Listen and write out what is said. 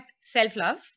self-love